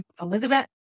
elizabeth